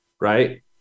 right